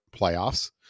playoffs